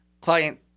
client